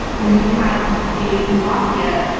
when you have ah a mafia,